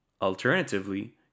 Alternatively